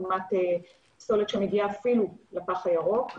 לעומת פסולת שמגיעה אפילו לפח הירוק,